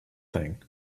thing